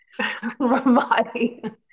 Ramadi